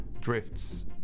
Drift's